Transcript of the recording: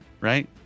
right